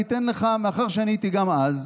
מאחר שעניתי גם אז,